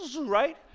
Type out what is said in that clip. right